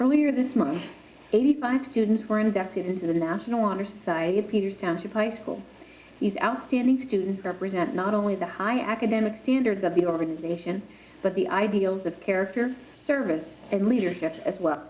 earlier this month eighty five students were inducted into the national honor society of peter sounds of high school is outstanding students represent not only the high academic standards of the organization but the ideals of character service and leadership as well